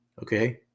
okay